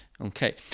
Okay